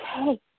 okay